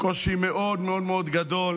וקושי מאוד מאוד מאוד גדול